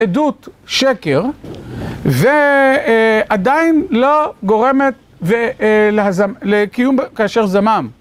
עדות שקר ועדיין לא גורמת לקיום כאשר זמם.